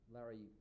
Larry